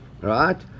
right